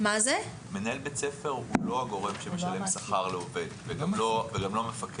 מנהל בית ספר הוא לא הגורם שמשלם שכר לעובד וגם לא המפקח.